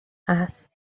است